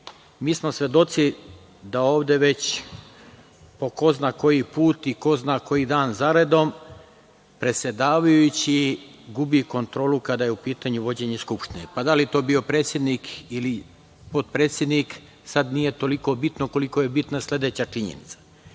Mi smo svedoci da ovde već po ko zna koji put i ko zna koji dan zaredom predsedavajući gubi kontrolu kada je u pitanju vođenje Skupštine. Pa da li je to bio predsednik ili potpredsednik, sada nije toliko bitno, koliko je bitna sledeća činjenica.